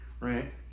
right